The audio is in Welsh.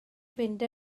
fynd